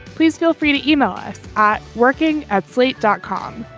please feel free to email us at working at slate dot com.